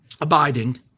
abiding